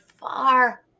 far